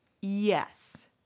Yes